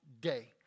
day